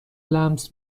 لمس